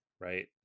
right